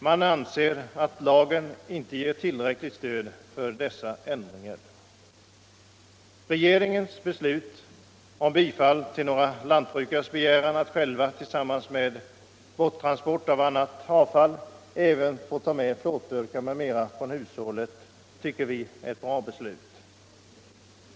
Man anser att lagen inte ger tillräckligt stöd för dessa ändringar. Regeringens beslut om bifall till några lantbrukares begäran att själva, tillsammans med borturansport av annat avfall, få ta med plåtburkar m.m. från hushållet tycker vi är ett bra beslut.